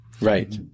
Right